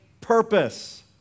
purpose